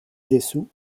dessous